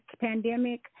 pandemic